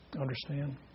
Understand